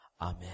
Amen